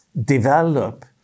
develop